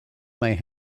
may